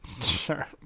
Sure